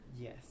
Yes